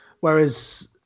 Whereas